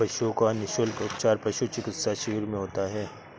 पशुओं का निःशुल्क उपचार पशु चिकित्सा शिविर में होता है